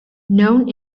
known